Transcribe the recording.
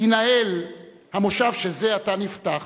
יינעל המושב שזה עתה נפתח.